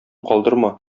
калдырма